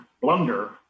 blunder